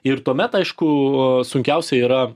ir tuomet aišku sunkiausia yra